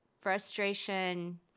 frustration